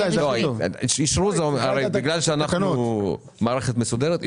בגלל שאנחנו מערכת מסודרת,